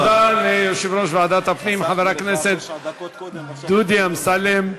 תודה ליושב-ראש ועדת הפנים חבר הכנסת דודי אמסלם.